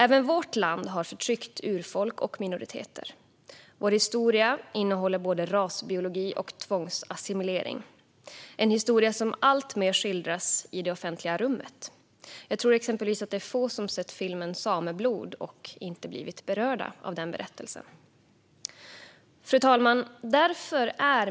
Även vårt land har förtryckt urfolk och minoriteter. Vår historia innehåller både rasbiologi och tvångsassimilering. Det är en historia som alltmer skildras i det offentliga rummet. Jag tror exempelvis att det är få som sett filmen Sameblod och inte blivit berörda av den berättelsen. Fru talman!